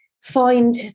find